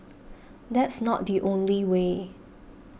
that's not the only way